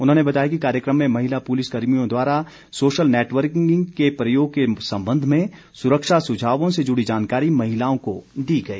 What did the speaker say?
उन्होंने बताया कि कार्यक्रम में महिला पुलिस कर्मियों द्वारा सोशल नेटवर्किंग के प्रयोग के संबंध में सुरक्षा सुझावों से जुड़ी जानकारी महिलाओं को दी गई